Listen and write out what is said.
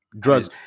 drugs